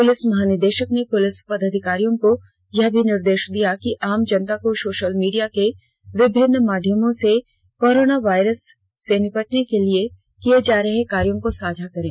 police महानिदेषक ने police पदाधिकारियों को यह भी निर्देष दिया कि आम जनता को सोषल मीडिया के विभिन्न माध्यमों से कोरोना वायरस से निपटने को लिए किए जा रहे कार्यों को साझा करें